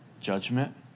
judgment